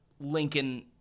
Lincoln